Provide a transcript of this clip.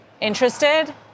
interested